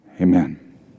Amen